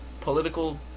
political